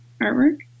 artwork